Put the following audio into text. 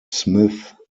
smith